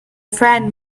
friend